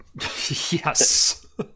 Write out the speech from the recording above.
yes